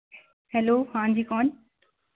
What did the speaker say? hello हाँ जी कौन